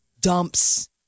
dumps